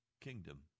kingdom